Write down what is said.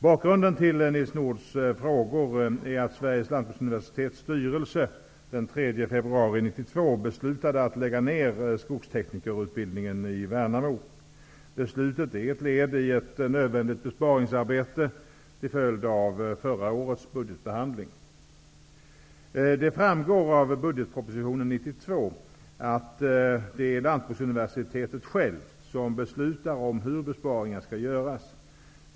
Bakgrunden till Nils Nordhs frågor är att Sveriges lantbruksuniversitets styrelse den 3 februari 1992 Värnamo. Beslutet är ett led i ett nödvändigt besparingsarbete till följd av förra årets budgetbehandling. Det framgår av budgetpropositionen 1992 att det är Lantbruksuniversitetet självt som beslutar om hur besparingar skall göras.